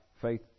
faith